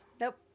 Nope